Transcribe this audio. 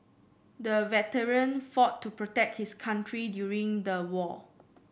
the veteran fought to protect his country during the war